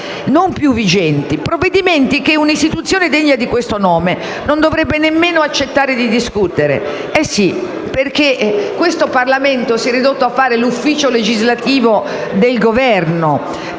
non più vigenti, provvedimenti che un'istituzione degna di questo nome non dovrebbe nemmeno accettare di discutere. Questo Parlamento si è ridotto a fare l'ufficio legislativo del Governo,